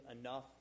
enough